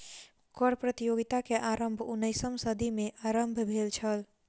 कर प्रतियोगिता के आरम्भ उन्नैसम सदी में आरम्भ भेल छल